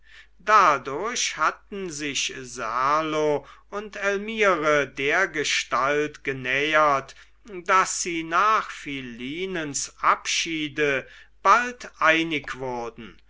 dadurch hatten sich serlo und elmire dergestalt genähert daß sie nach philinens abschiede bald einig wurden